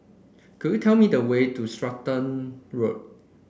could you tell me the way to Stratton Road